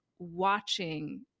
watching